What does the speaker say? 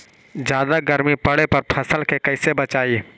जादा गर्मी पड़े पर फसल के कैसे बचाई?